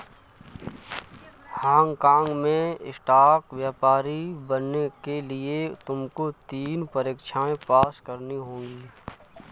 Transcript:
Hong काँग में stock व्यापारी बनने के लिए तुमको तीन परीक्षाएं पास करनी होंगी